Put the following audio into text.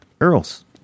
Earl's